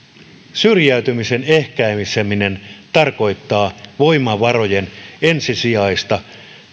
syrjäytymisen ehkäiseminen tarkoittaa voimavarojen ensisijaista